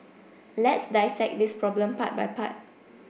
let's dissect this problem part by part